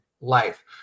life